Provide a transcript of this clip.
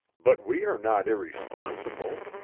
but we are not irresponsible.